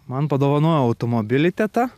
man padovanojo automobilį teta